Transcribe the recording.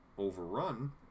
Overrun